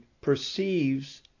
perceives